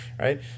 right